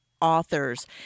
authors